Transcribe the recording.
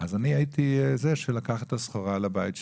אז אנחנו שומעים את זעקתם ועכשיו האחריות